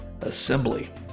assembly